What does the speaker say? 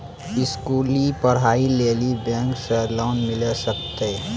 स्कूली पढ़ाई लेली बैंक से लोन मिले सकते?